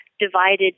Divided